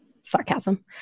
Sarcasm